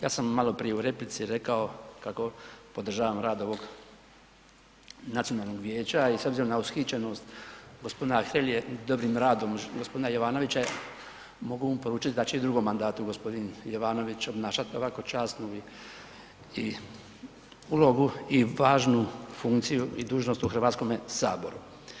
Ja sam maloprije u replici rekao kako podržavam rad ovog Nacionalnog vijeća i s obzirom na ushićenost g. Hrelje dobrim radom g. Jovanovića, mogu mu poručiti da će i u drugom mandatu g. Jovanović obnašati ovako časnu i ulogu i važnu funkciju i dužnost u Hrvatskome saboru.